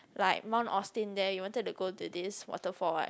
like Mount Austin there we wanted to go to this waterfall [what]